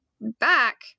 back